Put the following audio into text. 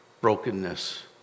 brokenness